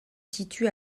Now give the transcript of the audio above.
situe